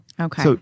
Okay